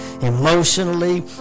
emotionally